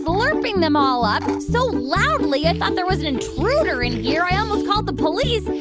slurping them all up so loudly i thought there was an intruder in here. i almost called the police.